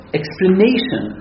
explanation